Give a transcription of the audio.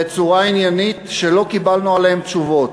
בצורה עניינית, ולא קיבלנו עליהן תשובות.